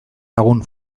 lagun